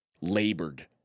labored